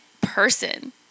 person